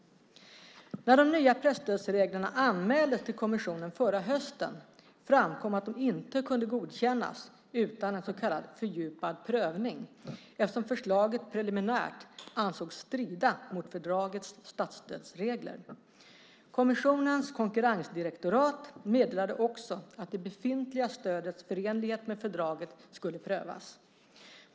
När de nya presstödsreglerna anmäldes till kommissionen förra hösten framkom att de inte kunde godkännas utan en så kallad fördjupad prövning eftersom förslaget preliminärt ansågs strida mot fördragets statsstödsregler. Kommissionens konkurrensdirektorat meddelade också att det befintliga stödets förenlighet med fördraget skulle prövas.